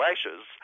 Ashes